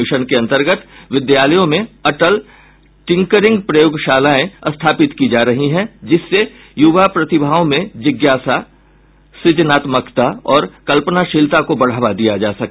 mission के अंतर्गत विद्यालयों में अटल टिंकरिंग प्रयोगशालाएं स्थापित की जा रही हैं जिससे युवा प्रतिभाओं में जिज्ञासा सृजनात्मकता और कल्पनाशीलता को बढ़ावा दिया जा सके